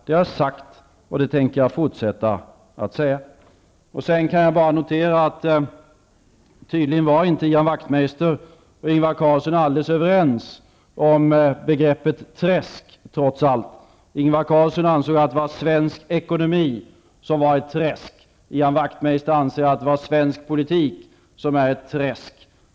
Det har jag sagt, och det tänker jag fortsätta att säga. Sedan kan jag bara notera att Ian Wachtmeister och Ingvar Carlsson tydligen trots allt inte var alldeles överens om begreppet träsk. Ingvar Carlsson ansåg att svensk ekonomi var ett träsk. Ian Wachtmeister anser att svensk politik är ett träsk.